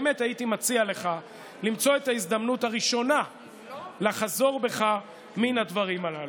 באמת הייתי מציע לך למצוא את ההזדמנות הראשונה לחזור בך מהדברים הללו.